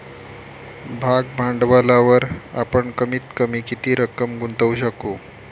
भाग भांडवलावर आपण कमीत कमी किती रक्कम गुंतवू शकू?